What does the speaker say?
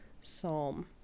psalm